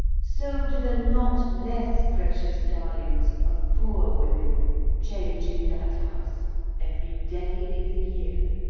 so do the not less precious darlings of poor women change in that house every day in the year.